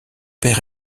père